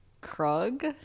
Krug